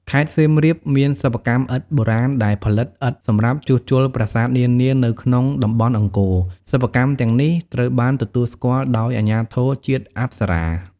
ខេត្តសៀមរាប មានសិប្បកម្មឥដ្ឋបុរាណដែលផលិតឥដ្ឋសម្រាប់ជួសជុលប្រាសាទនានានៅក្នុងតំបន់អង្គរ។ សិប្បកម្មទាំងនេះត្រូវបានទទួលស្គាល់ដោយអាជ្ញាធរជាតិអប្សរា។